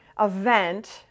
event